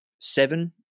seven